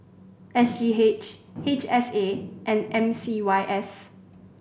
S G H H S A and M C Y S